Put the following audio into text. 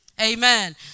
Amen